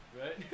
Right